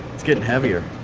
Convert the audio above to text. it's getting heavier.